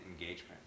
engagement